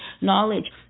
knowledge